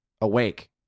awake